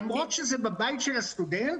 למרות שזה בבית של הסטודנט,